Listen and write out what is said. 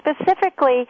specifically